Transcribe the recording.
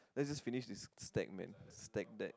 let's just finish stack man stack deck